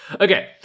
Okay